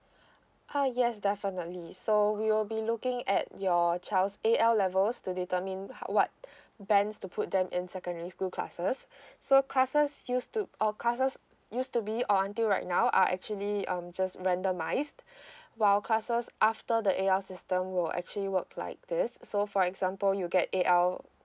uh yes definitely so we will be looking at your child's A L levels to determine what bands to put them in secondary school classes so classes used to our classes used to be or until right now are actually um just randomise while classes after the A L system will actually work like this so for example you get A L